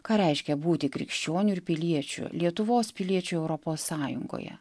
ką reiškia būti krikščioniu ir piliečiu lietuvos piliečiu europos sąjungoje